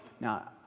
Now